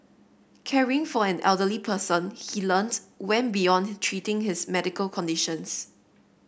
caring for an elderly person he learnt went beyond treating his medical conditions